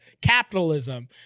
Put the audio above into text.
capitalism